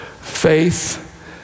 Faith